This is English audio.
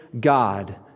God